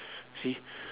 see